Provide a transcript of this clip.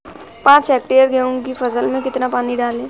पाँच हेक्टेयर गेहूँ की फसल में कितना पानी डालें?